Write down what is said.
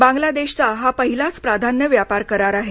बांगलादेशचा हा पहिलाच प्राधान्य व्यापार करार आहे